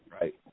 right